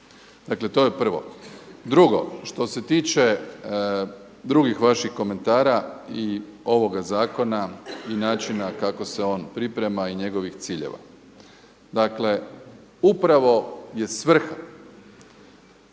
dakle, to je prvo. Drugo. Što se tiče drugih vaših komentara i ovoga zakona i načina kako se on priprema i njegovih ciljeva. Dakle, upravo je svrha